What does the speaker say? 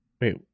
Wait